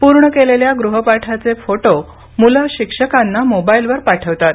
पूर्ण केलेल्या गृहपाठाचे फोटो मुल शिक्षकांना मोबाईलवर पाठवतात